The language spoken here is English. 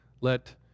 let